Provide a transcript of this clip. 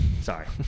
Sorry